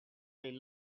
fait